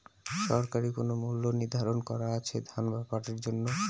সরকারি কোন মূল্য নিধারন করা আছে ধান বা পাটের জন্য?